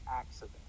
accident